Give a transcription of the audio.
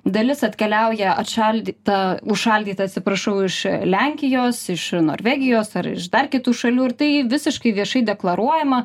dalis atkeliauja atšaldyta užšaldyta atsiprašau iš lenkijos iš norvegijos ar dar kitų šalių ir tai visiškai viešai deklaruojama